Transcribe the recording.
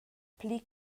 pli